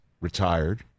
retired